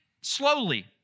slowly